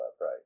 right